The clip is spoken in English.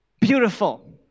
beautiful